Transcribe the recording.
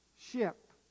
ship